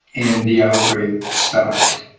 and the outbreak stopped.